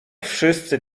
wszyscy